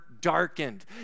darkened